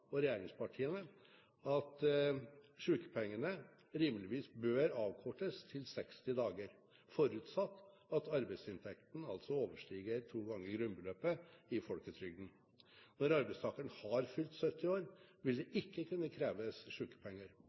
og regjeringspartiene at sykepengene rimeligvis bør avkortes til 60 dager, forutsatt at arbeidsinntekten altså overskrider to ganger grunnbeløpet i folketrygden. Når arbeidstakeren har fylt 70 år, vil det ikke kunne kreves